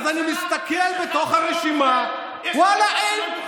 ואז אני מסתכל בתוך הרשימה, ואללה, אין.